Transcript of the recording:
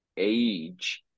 age